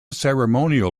ceremonial